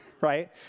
right